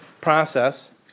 process